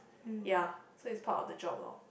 ya so it's part of the job loh